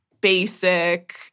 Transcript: basic